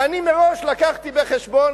ואני מראש הבאתי בחשבון,